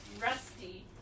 Rusty